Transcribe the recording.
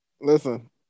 listen